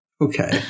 Okay